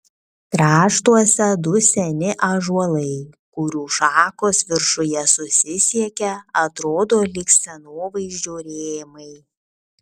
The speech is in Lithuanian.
kraštuose du seni ąžuolai kurių šakos viršuje susisiekia atrodo lyg scenovaizdžio rėmai